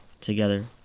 Together